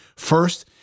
First